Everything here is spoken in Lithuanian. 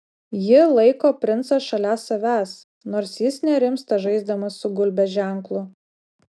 ji laiko princą šalia savęs nors jis nerimsta žaisdamas su gulbės ženklu